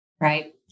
right